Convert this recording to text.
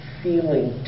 feeling